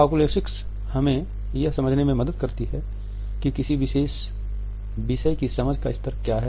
oculesics हमें यह समझने में मदद करती हैं कि किसी विशेष विषय की समझ का स्तर क्या है